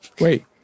wait